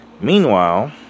Meanwhile